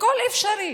הכול אפשרי.